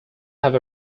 have